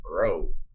bro